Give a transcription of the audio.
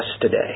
today